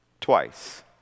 twice